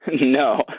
No